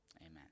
amen